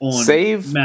Save